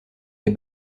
les